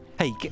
Hey